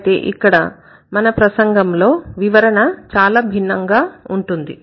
అయితే ఇక్కడ మన ప్రసంగంలో వివరణ చాలా భిన్నంగా ఉంటుంది